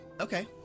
Okay